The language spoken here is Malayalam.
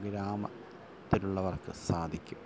ഗ്രാമത്തിലുള്ളവർക്ക് സാധിക്കും